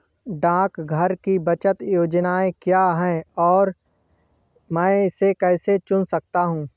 डाकघर की बचत योजनाएँ क्या हैं और मैं इसे कैसे चुन सकता हूँ?